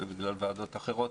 בגלל ועדות אחרות,